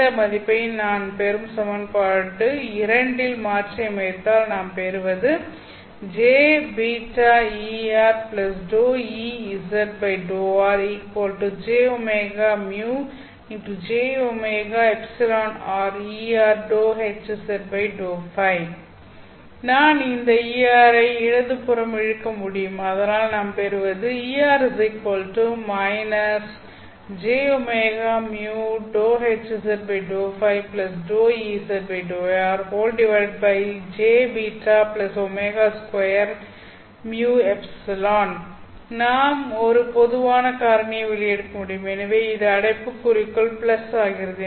இந்த மதிப்பை நாம் பெறும் சமன்பாடு ல் மாற்றியமைத்தால் நாம் பெறுவது நான் இந்த Er ஐ இடது புறம் இழுக்க முடியும் அதனால் நாம் பெறுவது நாம் ஒரு பொதுவான காரணியை வெளியே எடுக்க முடியும் எனவே இது அடைப்புக்குறிக்குள் பிளஸ் ஆகிறது